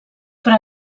però